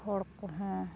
ᱦᱚᱲ ᱠᱚᱦᱚᱸ